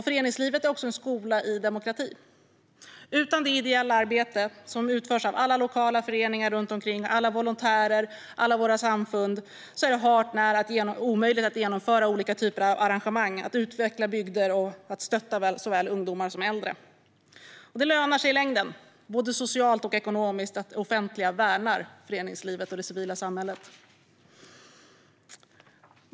Föreningslivet är också en skola i demokrati. Utan det ideella arbete som utförs av alla lokala föreningar runt omkring, alla volontärer och alla våra samfund vore det hart när omöjligt att genomföra olika typer av arrangemang, att utveckla bygder och att stötta såväl ungdomar som äldre. Det lönar sig i längden, både socialt och ekonomiskt, att det offentliga värnar föreningslivet och det civila samhället.